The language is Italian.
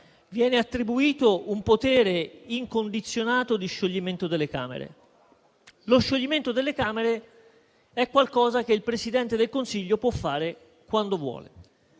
viene attribuito un potere incondizionato di scioglimento delle Camere. Lo scioglimento delle Camere è qualcosa che il Presidente del Consiglio può fare quando vuole.